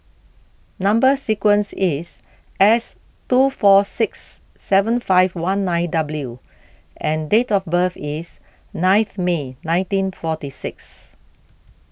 Number Sequence is S two four six seven five one nine W and date of birth is ninth May nineteen forty six